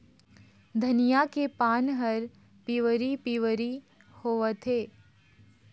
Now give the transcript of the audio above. धनिया के पान हर पिवरी पीवरी होवथे?